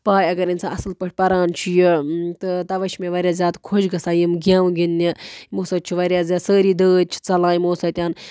پے اگر اِنسان اَصٕل پٲٹھۍ پَران چھُ یہِ تہٕ تَوَے چھِ مےٚ واریاہ زیادٕ خۄش گژھان یِم گیٚمہٕ گِنٛدنہِ یِمو سۭتۍ چھِ واریاہ زیادٕ سٲری دٲدۍ چھِ ژَلان یِمو سۭتٮ۪ن